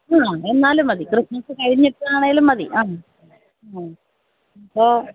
ആ എന്നാലും മതി ക്രിസ്മസ് കഴിഞ്ഞിട്ടാണേലും മതി ആ ആ അപ്പോള്